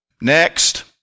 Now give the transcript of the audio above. Next